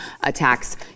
attacks